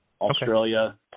Australia